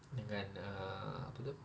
dengan err apa itu